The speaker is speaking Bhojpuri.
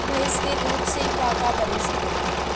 भइस के दूध से का का बन सकेला?